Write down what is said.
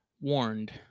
warned